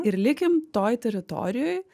ir likim toj teritorijoj